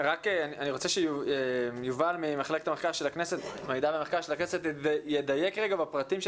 אני רוצה שיובל ממחלקת המחקר של הכנסת ידייק בפרטים של